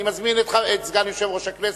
אני מזמין את סגן יושב-ראש הכנסת,